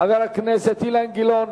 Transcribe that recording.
חבר הכנסת אילן גילאון.